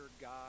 God